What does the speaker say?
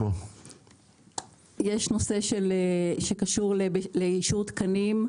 יש נושא שקשור לאישור תקנים,